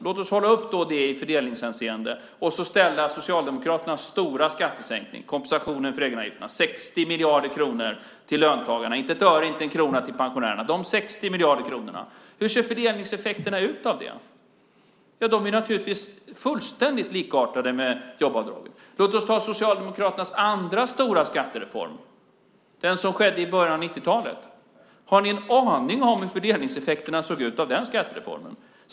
Låt oss då hålla upp det i fördelningshänseende och ställa det mot Socialdemokraternas stora skattesänkning, kompensationen för egenavgifterna, 60 miljarder kronor till löntagarna, inte ett öre, inte en krona till pensionärerna. Hur ser fördelningseffekterna ut när det gäller de 60 miljarder kronorna? De är naturligtvis fullständigt likartade med jobbavdraget. Låt oss ta Socialdemokraternas andra stora skattereform, den som skedde i början av 1990-talet. Har ni en aning om hur fördelningseffekterna av den skattereformen såg ut?